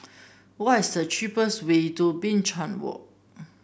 what is the cheapest way to Binchang Walk